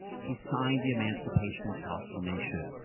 he signed the emancipation proclamation,